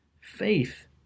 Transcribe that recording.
faith